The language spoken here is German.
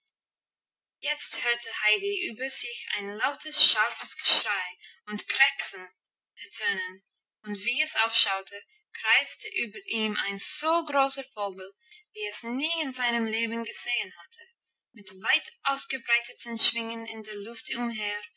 jetzt hörte heidi über sich ein lautes scharfes geschrei und krächzen ertönen und wie es aufschaute kreiste über ihm ein so großer vogel wie es nie in seinem leben gesehen hatte mit weit ausgebreiteten schwingen in der luft umher